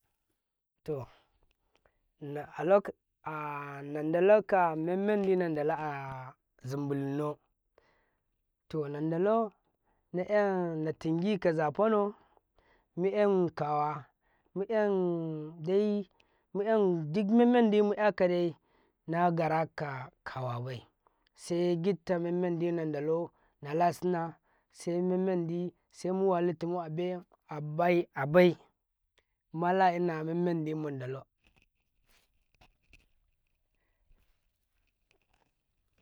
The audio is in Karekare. ﻿to ah nan dalaka memmandi alokaci azum bulunnau to nan dalau ennatingi kaza fanau muen kawa muendi muen gida memmandi muƙyakadai na gara kaka wabai segitta memman di nana dilao nalasina se memman di semu walatumu abe aibai ma la ina memmandi munda lau.